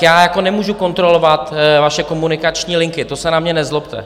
Já nemůžu kontrolovat vaše komunikační linky, to se na mě nezlobte.